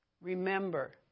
Remember